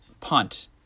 punt